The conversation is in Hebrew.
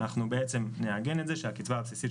אנחנו בעצם נעגן את זה כך שהקצבה הבסיסית,